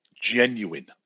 genuine